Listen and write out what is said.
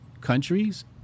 countries